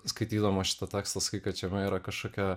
skaitydama šitą tekstą kad jame yra kažkokia